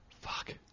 fuck